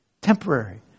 temporary